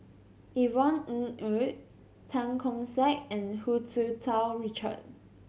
Yvonne Ng Uhde Tan Keong Saik and Hu Tsu Tau Richard